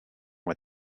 with